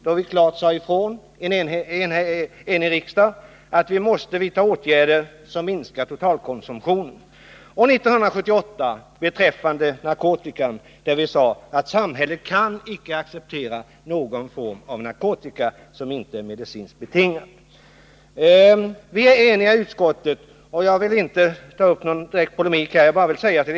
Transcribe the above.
En enig riksdag sade då ifrån, att vi måste vidta åtgärder som minskar den totala alkoholkonsumtionen. År 1978 uttalade riksdagen att samhället inte kan acceptera någon form av narkotika som inte är medicinskt betingad. Ett enigt utskott står bakom detta betänkande, och jag skall därför inte polemisera mot någon.